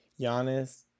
Giannis